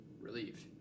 relieved